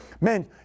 Man